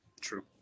true